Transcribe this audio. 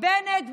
בנט ואומר: